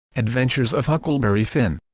adventures of huckleberry finn